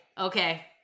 okay